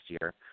year